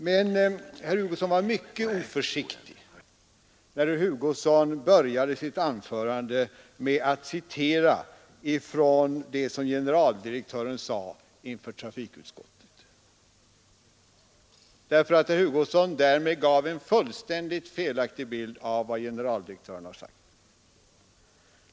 Herr Hugosson var emellertid mycket oförsiktig när han började sitt anförande med att citera från det som generaldirektören sade inför trafikutskottet. Herr Hugosson gav nämligen en fullständigt felaktig bild av vad generaldirektören hade att anföra.